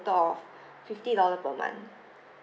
~al of fifty dollar per month